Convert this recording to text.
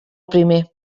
primer